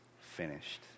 finished